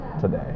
today